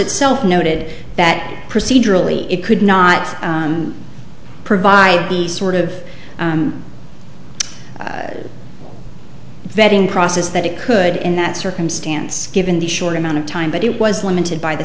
itself noted that procedurally it could not provide the sort of vetting process that it could in that circumstance given the short amount of time but it was limited by the